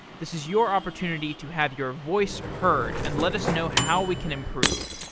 this is your opportunity to have your voice heard and let us know how we can improve.